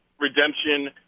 redemption